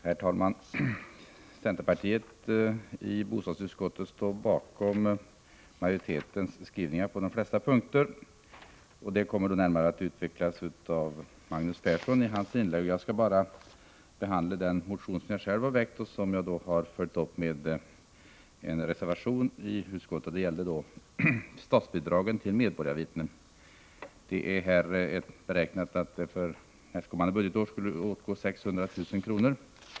Herr talman! Centerpartiet står bakom bostadsutskottets majoritetsskrivningar på de flesta punkter. Detta kommer närmare att utvecklas av Magnus Persson i hans inlägg. Jag skall nu bara behandla den motion som jag själv har väckt och följt upp med en reservation i utskottet, nämligen den som handlar om statsbidraget till medborgarvittnen. Det beräknas att detta bidrag för nästkommande budgetår skulle uppgå till 600 000 kr.